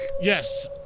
Yes